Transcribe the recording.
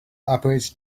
operates